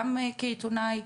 גם כעיתונאי,